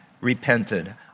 repented